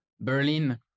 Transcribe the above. Berlin